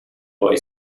boy